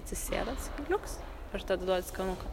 atsisėda sakai liuks ir tada duodi skanuką